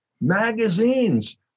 magazines